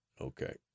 okay